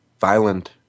violent